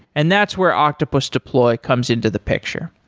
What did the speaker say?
and that's where octopus deploy comes into the picture.